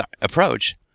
approach